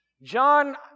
John